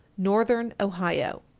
northern ohio.